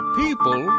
people